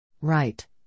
Right